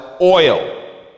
oil